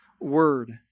word